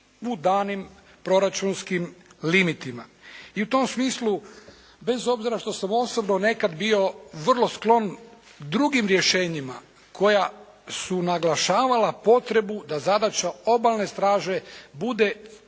u danim proračunskim limitima. I u tom smislu bez obzira što sam osobno nekad bio vrlo sklon drugim rješenjima koja su naglašavala potrebu da zadaća Obalne straže bude